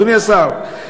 אדוני השר,